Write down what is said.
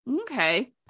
Okay